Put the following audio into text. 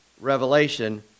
Revelation